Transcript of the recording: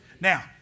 Now